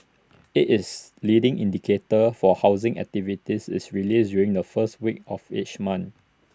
IT is leading indicator for housing activity is released during the first week of each month